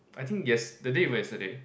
I think yes the day before yesterday